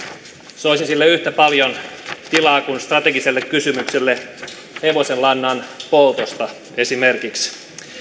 soisin sille yhtä paljon tilaa kuin strategiselle kysymykselle hevosenlannan poltosta esimerkiksi